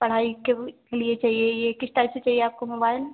पढ़ाई के लिए चाहिए यह किस टाइप से चाहिए आपको मोबाइल